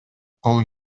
кол